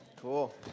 Cool